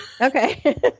okay